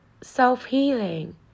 Self-healing